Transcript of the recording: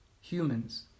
humans